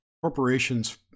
corporations